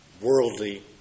worldly